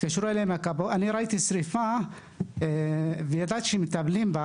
ראיתי שריפה וידעתי שמטפלים בה,